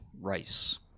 rice